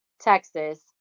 Texas